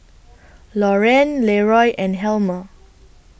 Lauren Leroy and Helmer